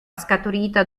scaturita